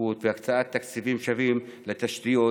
שיפוט והקצאת תקציבים שווים לתשתיות,